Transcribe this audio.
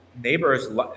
Neighbors